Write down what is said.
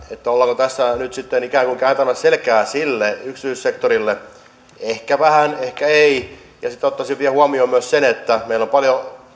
ollaanko tässä nyt sitten ikään kuin kääntämässä selkää sille yksityissektorille ehkä vähän ehkä ei sitten ottaisin vielä huomioon myös sen että meillä on paljon